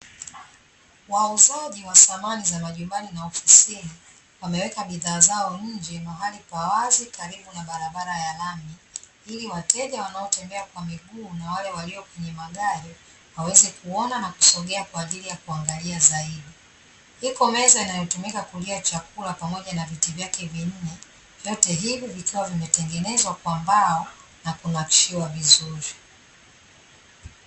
Wauzaji wa samani za majumbani na ofisini, wameweka bidhaa zao nje mahali kwa wazi karibu na barabara ya lami, ili wateja wanaotembea kwa miguu na wale walio kwenye magari waweze kuona na kusogea, kwa ajili ya kuangalia zaidi. Iko meza inayotumika kulia chakula pamoja na viti vyake vinne, vyote hivi vikiwa vimetengenezwa kwa mbao na kunakishiwa vizuri.